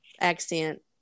accent